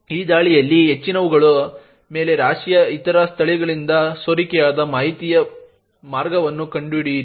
ಈ ದಾಳಿಗಳಲ್ಲಿ ಹೆಚ್ಚಿನವುಗಳ ಮೇಲೆ ರಾಶಿಯ ಇತರ ಸ್ಥಳಗಳಿಂದ ಸೋರಿಕೆಯಾದ ಮಾಹಿತಿಯ ಮಾರ್ಗವನ್ನು ಕಂಡುಹಿಡಿಯಿರಿ